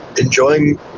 enjoying